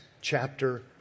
chapter